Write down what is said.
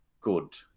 good